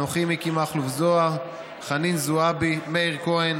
אנוכי, מיקי מכלוף זוהר, חנין זועבי, מאיר כהן,